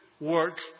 work